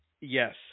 Yes